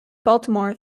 baltimore